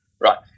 Right